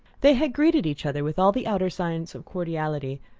they had greeted each other with all the outer signs of cordiality,